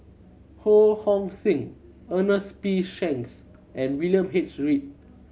Ho Hong Sing Ernest P Shanks and William H Read